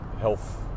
health